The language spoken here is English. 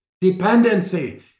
dependency